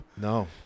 No